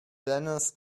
dennis